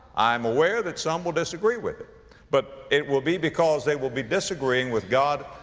i'm aware that some will disagree with it but it will be because they will be disagreeing with god,